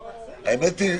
פה.